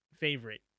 favorite